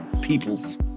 peoples